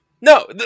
no